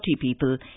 people